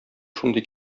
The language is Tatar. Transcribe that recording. шундый